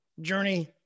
journey